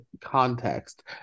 context